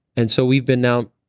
and so we've been now,